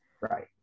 Right